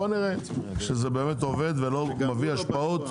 בוא נראה שזה באמת עובד ואין לזה